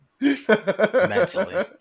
mentally